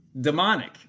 demonic